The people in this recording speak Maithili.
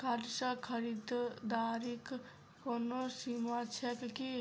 कार्ड सँ खरीददारीक कोनो सीमा छैक की?